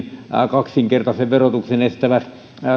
kaksinkertaisen verotuksen estävät